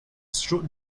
strode